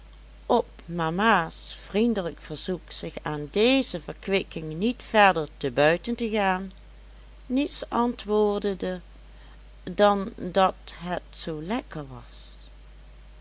op mama's vriendelijk verzoek zich aan deze verkwikking niet verder te buiten te gaan niets antwoordende dan dat het zoo lekker was